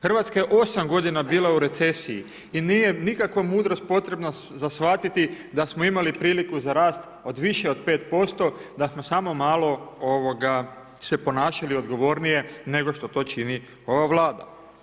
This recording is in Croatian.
Hrvatska je 8 godina bila u recesiji i nije nikakva mudrost potrebna za shvatiti da smo imali priliku za rast od više od 5% da smo samo malo se ponašali odgovornije nego što to čini ova Vlada.